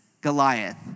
Goliath